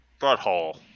butthole